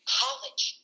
college